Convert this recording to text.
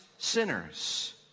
sinners